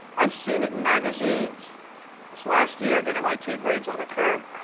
i've seen it in magazines this last year that mit grades on a curve.